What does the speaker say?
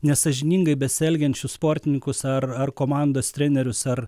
nesąžiningai besielgiančius sportininkus ar komandos trenerius ar